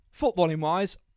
footballing-wise